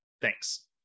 Thanks